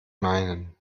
meinen